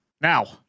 Now